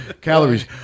calories